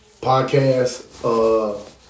podcast